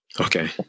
Okay